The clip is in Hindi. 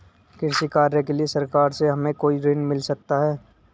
कृषि कार्य के लिए सरकार से हमें कोई ऋण मिल सकता है?